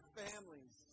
families